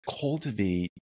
cultivate